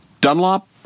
Dunlop